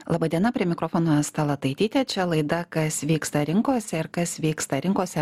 laba diena prie mikrofono asta lataitytė čia laida kas vyksta rinkose ir kas vyksta rinkose